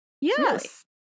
Yes